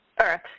earth